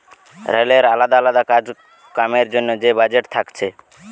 রেলের আলদা আলদা কাজ কামের জন্যে যে বাজেট থাকছে